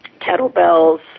kettlebells